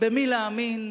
במי להאמין,